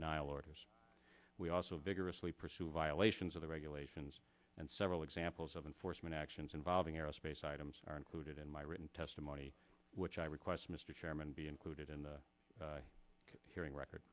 denial orders we also vigorously pursue violations of the regulations and several examples of enforcement actions involving aerospace items are included in my written testimony which i request mr chairman be included in the hearing record